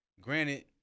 Granted